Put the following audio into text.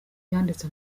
yanditse